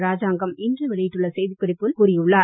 ராஜாங்கம் இன்று வெளியிட்டுள்ள செய்திக் குறிப்பில் கூறியுள்ளார்